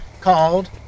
called